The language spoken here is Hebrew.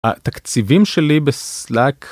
התקציבים שלי בסלאק.